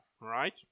right